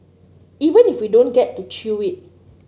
even if we don't get to chew it